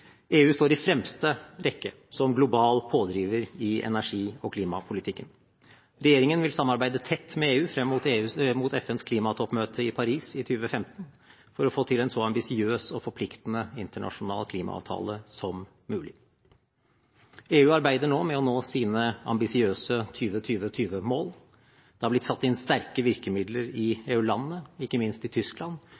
EU står i fremste rekke som global pådriver i energi- og klimapolitikken. Regjeringen vil samarbeide tett med EU frem mot FNs klimatoppmøte i Paris i 2015 for å få til en så ambisiøs og forpliktende internasjonal klimaavtale som mulig. EU arbeider nå med å nå sine ambisiøse 20-20-20-mål. Det har blitt satt inn sterke virkemidler i